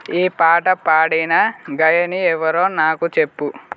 ఈ పాట పాడిన గాయని ఎవరో నాకు చెప్పు